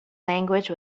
language